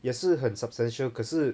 也是很 substantial 可是